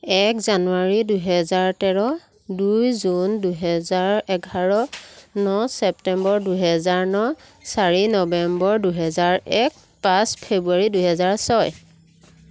এক জানুৱাৰী দুহেজাৰ তেৰ দুই জুন দুহেজাৰ এঘাৰ ন চেপ্তেম্বৰ দুহেজাৰ ন চাৰি নবেম্বৰ দুহেজাৰ এক পাঁচ ফেব্ৰুৱাৰী দুহেজাৰ ছয়